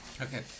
Okay